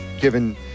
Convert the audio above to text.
given